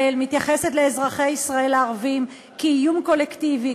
מתייחסת לאזרחי ישראל הערבים כאיום קולקטיבי,